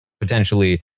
potentially